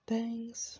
Thanks